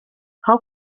how